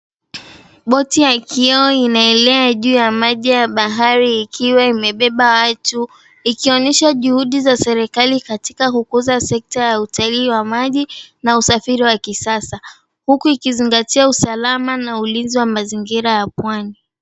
Boti ya kioo inaelea juu maji ya bahari ikiwa imebeba watu, ikionyesha juhudi, za serikali katika kukuza sekta ya utalii wa maji na usafiri wa kisasa huku ikizingatia usalama na ulinzi wa mazingira ya pwani.